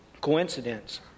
coincidence